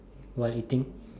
while eating